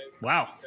wow